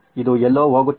ಇದು ಎಲ್ಲೋ ಹೋಗುತ್ತಿದೆ